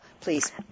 please